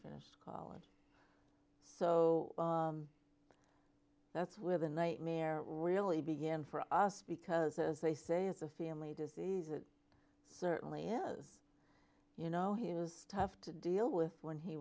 finished college so that's where the nightmare really began for us because as they say it's a family disease it certainly is you know he was tough to deal with when he